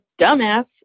dumbass